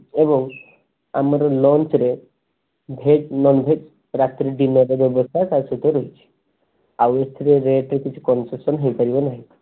ଏବଂ ଆମର ଲଞ୍ଚରେ ଭେଜ୍ ନନ୍ଭେଜ୍ ରାତ୍ରିରେ ଡିନରରେ ବ୍ୟବସ୍ଥା ତାହା ସହିତ ରହିଛି ଆଉ ଏଥିରେ ରେଟ୍ କିଛି କନ୍ସେସନ୍ ହେଇପାରିବ ନାହିଁ